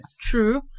True